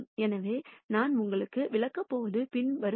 எனவே நான் உங்களுக்கு விளக்கப் போவது பின்வருபவை